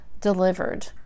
delivered